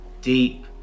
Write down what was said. deep